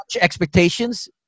expectations